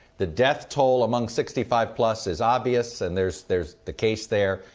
the death toll among sixty five plus is obvious and there's there's the case there.